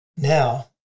Now